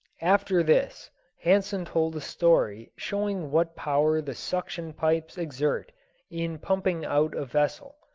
after this hansen told a story showing what power the suction-pipes exert in pumping out a vessel.